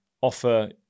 offer